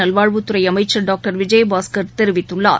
நல்வாழ்வுத்துறைஅமைச்சர் டாக்டர் விஜயபாஸ்கர் தெரிவித்துள்ளார்